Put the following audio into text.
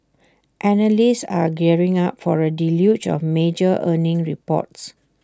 analysts are gearing up for A deluge of major earnings reports